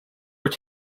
were